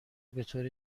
بطور